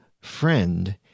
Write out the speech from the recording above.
friend